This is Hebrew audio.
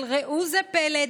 אבל ראו זה פלא,